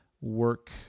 work